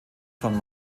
von